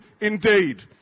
indeed